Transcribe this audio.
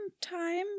time